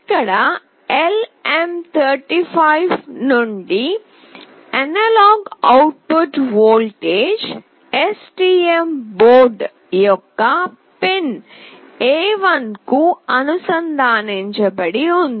ఇక్కడ LM35 నుండి analogue output voltage STM board యొక్క పిన్ A1 కి అనుసంధానించబడి ఉంది